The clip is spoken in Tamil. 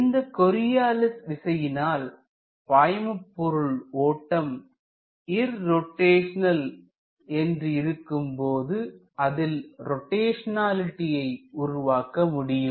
இந்த கொரியாலிஸ் விசையினால் பாய்மபொருள் ஓட்டம் இர்ரோட்டைஷனல் என்று இருக்கும்போது அதில் ரொட்டேஷனலிட்டியை உருவாக்க முடியும்